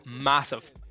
massive